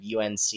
UNC